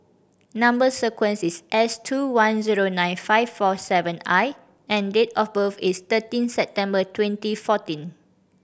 number sequence is S two one zero nine five four seven I and date of birth is thirteen September twenty fourteen